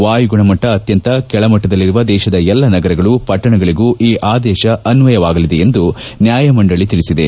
ವಾಯುಗುಣಮಟ್ಟ ಅತ್ಯಂತ ಕೆಳಮಟ್ಟದಲ್ಲಿರುವ ದೇಶದ ಎಲ್ಲ ನಗರಗಳು ಪಟ್ಟಣಗಳಿಗೂ ಈ ಆದೇಶ ಅನ್ವಯವಾಗಲಿದೆ ಎಂದು ನ್ಯಾಯಮಂಡಳಿ ತಿಳಿಸಿದೆ